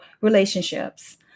relationships